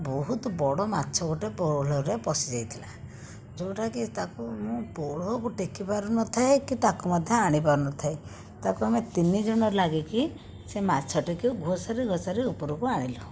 ବହୁତ ବଡ଼ ମାଛ ଗୋଟେ ପୋହଳରେ ପଶିଯାଇଥିଲା ଯେଉଁଟା କି ତାକୁ ମୁଁ ପୋହଳକୁ ଟେକି ପାରୁନଥାଏ କି ତାକୁ ମଧ୍ୟ ଆଣି ପାରୁନଥାଏ ତାକୁ ଆମେ ତିନିଜଣ ଲାଗିକି ସେ ମାଛଟିକୁ ଘୋଷାଡ଼ି ଘୋଷାଡ଼ି ଉପରକୁ ଆଣିଲୁ